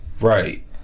Right